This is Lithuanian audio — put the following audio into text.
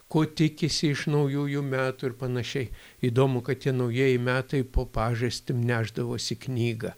ko tikisi iš naujųjų metų ir panašiai įdomu kad tie naujieji metai po pažastim nešdavosi knygą